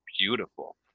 beautiful